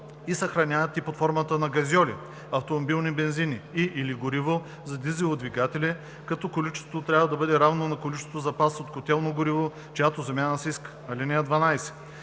и съхраняват и под формата на газьоли, автомобилни бензини и/или гориво за дизелови двигатели, като количеството трябва да бъде равно на количеството запас от котелно гориво, чиято замяна се иска. (12)